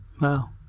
Wow